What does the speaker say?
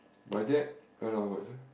budget around how much ah